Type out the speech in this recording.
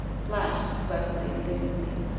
flashed leslie indignantly.